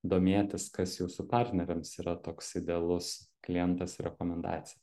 domėtis kas jūsų partneriams yra toks idealus klientas ir rekomendacija